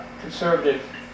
conservative